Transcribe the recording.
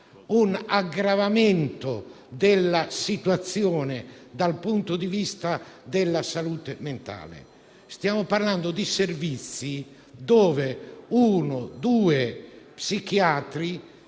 un aggravamento della situazione dal punto di vista della salute mentale. Stiamo parlando di servizi dove uno o due psichiatri